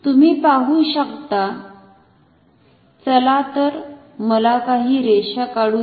तुम्ही पाहू शकता चला तर मला काही रेषा काढु दया